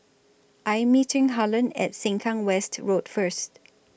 I Am meeting Harland At Sengkang West Road First